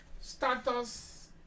status